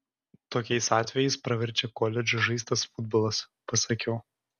tokiais atvejais praverčia koledže žaistas futbolas pasakiau